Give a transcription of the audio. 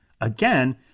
again